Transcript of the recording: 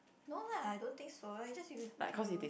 no lah I don't think so like just you you